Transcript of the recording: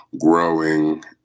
growing